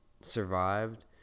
survived